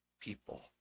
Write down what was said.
people